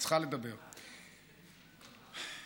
יעלה ראשון המציעים, חבר הכנסת נחמן שי.